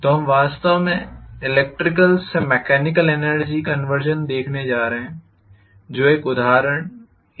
तो हम वास्तव में ईलेक्ट्रिकल से मेकेनिकल एनर्जी कंवर्सन देखने जा रहे हैं तो एक उदाहरण एक एक्ट्यूएटर या एक रिले है